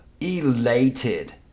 elated